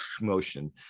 motion